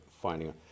finding